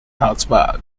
augsburg